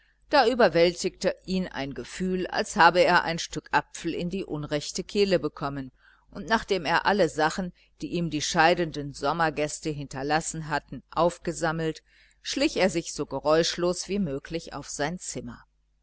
da überwältigte ihn ein gefühl als habe er ein stück apfel in die unrechte kehle bekommen und nachdem er alle sachen die ihm die scheidenden sommergäste hinterlassen hatten aufgesammelt schlich er sich so geräuschlos wie möglich auf sein zimmer